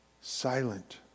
silent